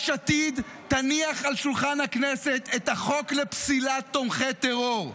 יש עתיד תניח על שולחן הכנסת את החוק לפסילת תומכי טרור,